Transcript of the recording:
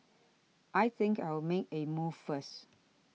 I think I'll make a move first